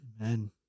Amen